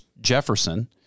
Jefferson